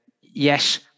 yes